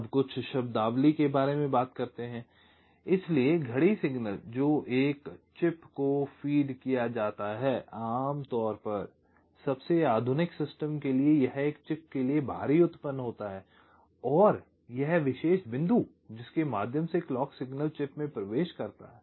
अब कुछ शब्दावली के बारे में बात करते हैं इसलिए घड़ी सिग्नल जो एक चिप को फीड किया जाता है आमतौर पर सबसे आधुनिक सिस्टम के लिए यह एक चिप के लिए बाहरी उत्पन्न होता है और यह विशेष बिंदु जिसके माध्यम से क्लॉक सिग्नल चिप में प्रवेश करता है